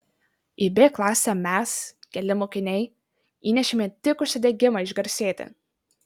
į b klasę mes keli mokiniai įnešėme tik užsidegimą išgarsėti